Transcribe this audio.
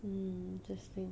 hmm that's true